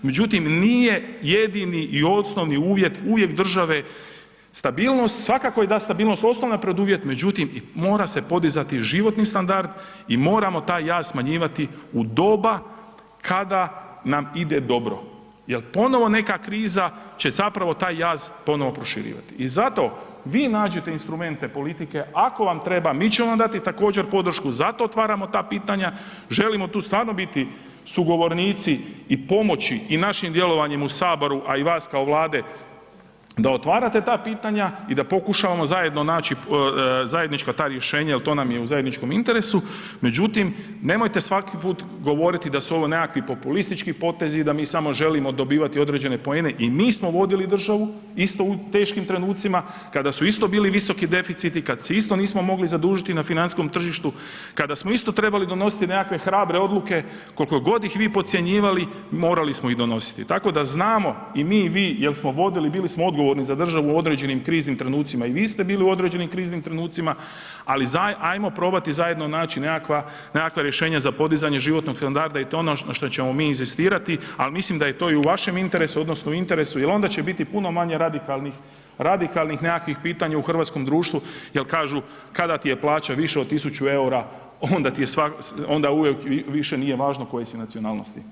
Međutim, nije jedini i osnovni uvjet, uvjet države stabilnost, svakako je da stabilnost osnovna preduvjet, međutim, mora se podizati i životni standard i moramo taj jaz smanjivati u doba kada nam ide dobro jel ponovo neka kriza će zapravo taj jaz ponovo proširivati i zato vi nađite instrumente politike, ako vam treba mi ćemo vam dati također podršku, zato otvaramo ta pitanja, želimo tu stvarno biti sugovornici i pomoći i našim djelovanjem u HS, a i vas kao Vlade da otvarate ta pitanja i da pokušavamo zajedno naći, zajednička ta rješenja, jel to nam je u zajedničkom interesu, međutim, nemojte svaki put govoriti da su ovo nekakvi populistički potezi, da mi samo želimo dobivati određene poene i mi smo vodili državu, isto u teškim trenucima, kada su isto bili visoki deficiti, kad se isto nismo mogli zadužiti na financijskom tržištu, kada smo isto trebali donositi nekakve hrabre odluke, koliko god ih vi podcjenjivali, morali smo ih donositi, tako da znamo i mi i vi jel smo vodili, bili smo odgovorni za državu u određenim kriznim trenucima, i vi ste bili u određenim kriznim trenucima, ali ajmo probati zajedno naći nekakva rješenja za podizanje životnog standarda i to je ono na što ćemo mi inzistirati, al mislim da je to i u vašem interesu odnosno u interesu jel onda će biti puno manje radikalnih, radikalnih nekakvih pitanja u hrvatskom društvu jel kažu kada ti je plaća viša od 1.000,00 EUR, onda uvijek više nije važno koje si nacionalnosti.